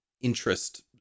interest